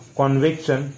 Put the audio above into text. conviction